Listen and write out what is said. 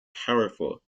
powerful